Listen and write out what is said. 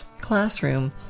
classroom